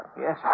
Yes